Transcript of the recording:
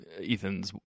Ethan's